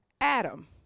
Adam